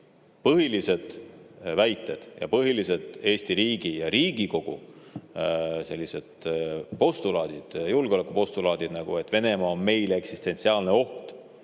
põhilised väited ja põhilised Eesti riigi ja Riigikogu postulaadid, julgeolekupostulaadid nagu see, et Venemaa on meile eksistentsiaalne oht,